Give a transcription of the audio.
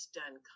done